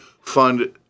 fund